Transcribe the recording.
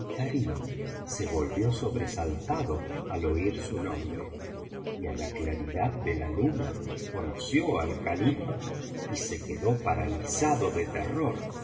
se volvió sobresaltado al oir su nombre y á la claridad de la luna conoció al califa y se quedó paralizado de terror